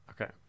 Okay